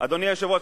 אדוני היושב-ראש,